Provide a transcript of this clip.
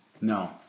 No